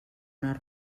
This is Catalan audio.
una